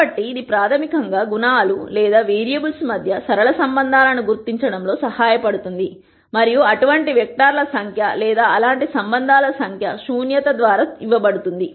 కాబట్టి ఇది ప్రాథమికంగా గుణాలు లేదా వేరియబుల్స్ మధ్య సరళ సంబంధాలను గుర్తించడంలో సహాయపడుతుంది మరియు అటువంటి వెక్టర్స్ సంఖ్య లేదా అలాంటి సంబంధాల సంఖ్య శూన్యత ద్వారా ఇవ్వబడుతుంది